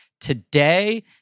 today